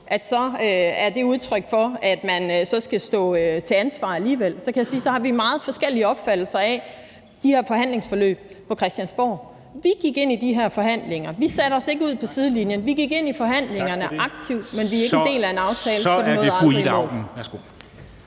at man ikke er nået i mål, så skal man stå til ansvar alligevel, kan jeg sige, at så har vi meget forskellige opfattelser af de her forhandlingsforløb på Christiansborg. Vi gik ind i de her forhandlinger; vi satte os ikke ud på sidelinjen. Vi gik aktivt ind i forhandlingerne, men vi er ikke en del af en aftale, for vi nåede